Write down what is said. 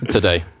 Today